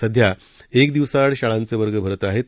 सध्याएकदिवसाआडशाळांचेवर्गभरतआहेत